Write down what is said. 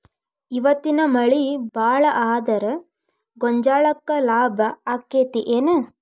ಇವತ್ತಿನ ಮಳಿ ಭಾಳ ಆದರ ಗೊಂಜಾಳಕ್ಕ ಲಾಭ ಆಕ್ಕೆತಿ ಏನ್?